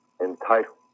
entitled